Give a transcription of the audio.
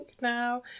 now